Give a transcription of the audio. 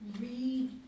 read